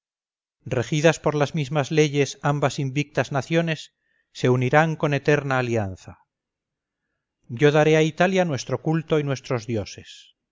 regidas por las mismas leyes ambas invictas naciones se unirán con eterna alianza yo daré a italia nuestro culto y nuestros dioses